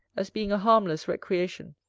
as being a harmless recreation,